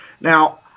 Now